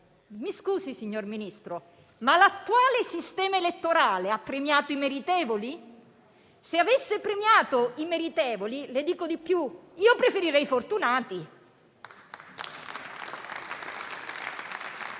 Mi scusi, signor Ministro, ma l'attuale sistema elettorale ha premiato i meritevoli? Se avesse premiato i meritevoli - le dico di più - io preferirei i fortunati.